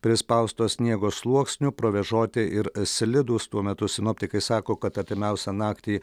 prispausto sniego sluoksniu provėžoti ir slidūs tuo metu sinoptikai sako kad artimiausią naktį